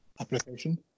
application